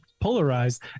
polarized